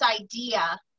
idea